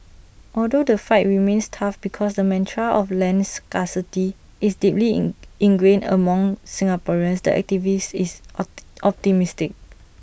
although the fight remains tough because the mantra of land scarcity is deeply in ingrained among Singaporeans the activist is optimistic